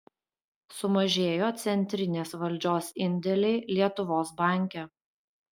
sumažėjo centrinės valdžios indėliai lietuvos banke